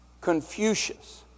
Confucius